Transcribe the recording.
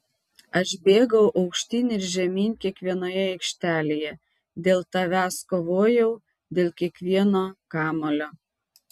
aš bėgau aukštyn ir žemyn kiekvienoje aikštelėje dėl tavęs kovojau dėl kiekvieno kamuolio